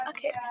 Okay